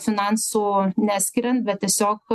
finansų neskiriant bet tiesiog